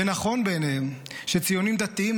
ונכון בעיניהם שציונים דתיים,